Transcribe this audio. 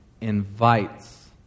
invites